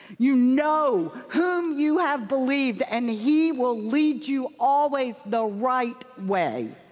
you know whom you have believed, and he will lead you always the right way.